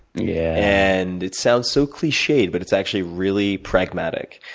yeah. and, it sounds so cliched, but it's actually really pragmatic,